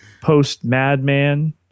post-Madman